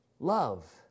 Love